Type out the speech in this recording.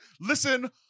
listen